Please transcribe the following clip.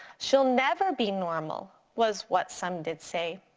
she'll never be normal was what some did say.